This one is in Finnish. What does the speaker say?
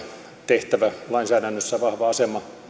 tehtävä lainsäädännössä vahva asema